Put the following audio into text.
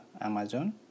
Amazon